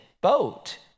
boat